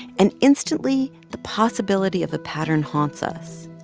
and instantly the possibility of a pattern haunts us.